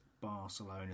Barcelona